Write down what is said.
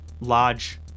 large